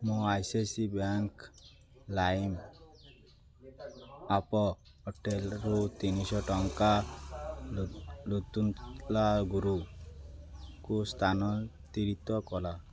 ମୋ I C I C I bank ଲାଇମ୍ app ୱାଲେଟ୍ରୁ ତିନିଶହ ଟଙ୍କା ଲୁନ୍ତୁଲାଲ ଗୁରୁଙ୍କୁ ସ୍ଥାନନ୍ତିତ କର